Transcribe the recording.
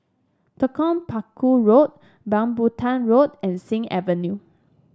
Telok Paku Road Rambutan Road and Sing Avenue